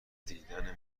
دیدن